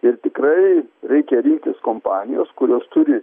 ir tikrai reikia rinktis kompanijos kurios turi